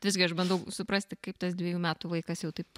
visgi aš bandau suprasti kaip tas dviejų metų vaikas jau taip